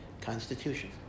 Constitution